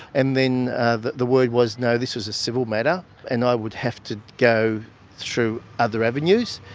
and then the the word was, no, this was a civil matter and i would have to go through other avenues.